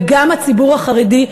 וגם הציבור החרדי,